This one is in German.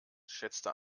schätzte